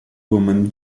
woman